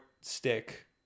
stick